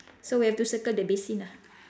so we have to circle the basin ah